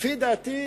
לדעתי,